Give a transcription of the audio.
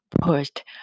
pushed